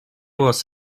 was